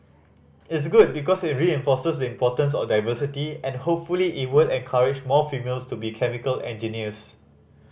it's good because it reinforces importance of diversity and hopefully it will encourage more females to be chemical engineers